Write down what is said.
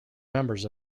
members